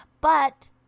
But-